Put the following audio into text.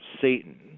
Satan